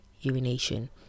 urination